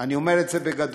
אני אומר את זה בגדול,